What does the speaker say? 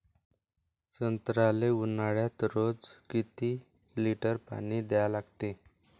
संत्र्याले ऊन्हाळ्यात रोज किती लीटर पानी द्या लागते?